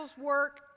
work